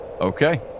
Okay